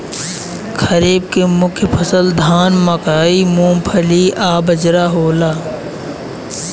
खरीफ के मुख्य फसल धान मकई मूंगफली आ बजरा हवे